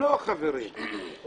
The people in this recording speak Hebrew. לא, חברים.